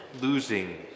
losing